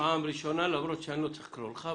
פעם ראשונה, למרות שאני לא צריך לקרוא לך.